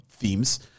themes